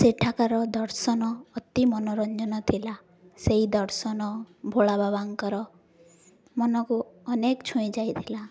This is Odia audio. ସେଠାକାର ଦର୍ଶନ ଅତି ମନୋରଞ୍ଜନ ଥିଲା ସେଇ ଦର୍ଶନ ଭୋଳା ବାବାଙ୍କର ମନକୁ ଅନେକ ଛୁଇଁ ଯାଇଥିଲା